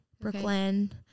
Brooklyn